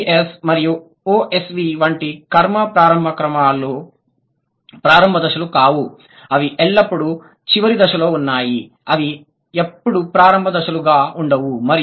OVS మరియు OSV వంటివి కర్మ ప్రారంభ క్రమాల ప్రారంభ దశలు కావు అవి ఎల్లప్పుడూ చివరి దశలో ఉన్నాయి అవి ఎప్పుడూ ప్రారంభ దశలుగా ఉండవు